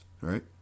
right